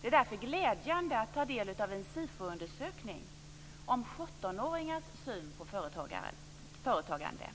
Det är därför glädjande att ta del av en SIFO undersökning om 17-åringars syn på företagande.